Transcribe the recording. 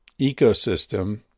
ecosystem